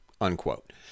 unquote